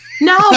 No